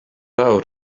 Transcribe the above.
awr